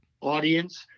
audience